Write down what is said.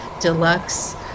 deluxe